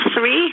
three